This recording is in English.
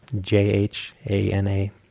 J-H-A-N-A